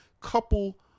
couple